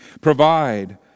Provide